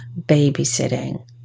babysitting